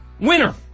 Winner